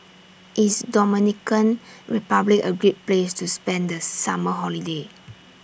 IS Dominican Republic A Great Place to spend The Summer Holiday